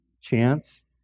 chance